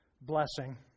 blessing